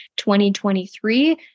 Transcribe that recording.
2023